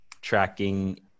tracking